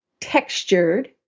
textured